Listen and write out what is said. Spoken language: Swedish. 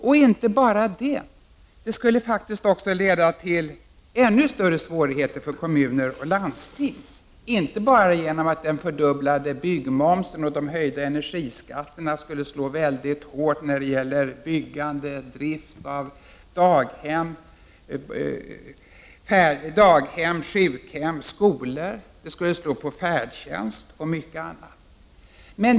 Men inte bara det — det skulle faktiskt också leda till ännu större svårigheter för kommuner och landsting, genom att den fördubblade byggmomsen och de höjda energiskatterna skulle slå väldigt hårt inte bara när det gäller byggandet och driften av daghem, sjukhem och skolor utan också när det gäller färdtjänsten och mycket annat.